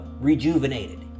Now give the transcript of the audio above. rejuvenated